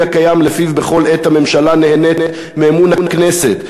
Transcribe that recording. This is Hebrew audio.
הקיים שלפיו בכל עת הממשלה נהנית מאמון הכנסת.